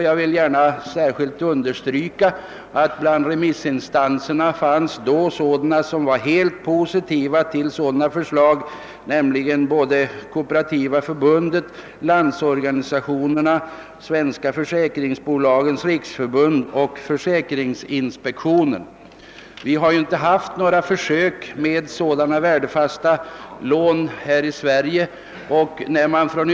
Jag vill särskilt understryka att bland remissinstanserna fanns åtskilliga som var positiva till förslag av denna innebörd, nämligen Kooperativa förbundet, Landsorganisationen, Svensska försäkringsbolagens riksförbund och försäkringsinspektionen. Några försök med sådana värdefasta lån har emellertid inte förekommit här i Sverige.